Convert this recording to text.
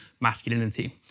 masculinity